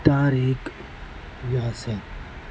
Tariq Yasin